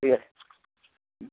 ঠিক আছে হুম